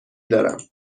دارم